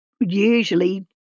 usually